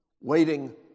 waiting